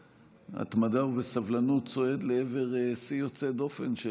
שבהתמדה ובסבלנות צועד לעבר שיא יוצא דופן של